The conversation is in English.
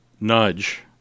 nudge